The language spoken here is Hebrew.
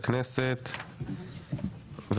שלום לכולם.